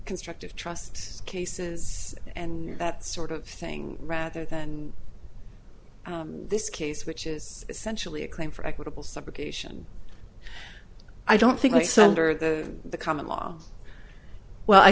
constructive trusts cases and that sort of thing rather than in this case which is essentially a claim for equitable subrogation i don't think so under the common law well i